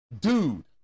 dude